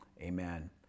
amen